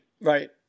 Right